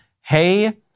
hey